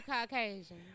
Caucasian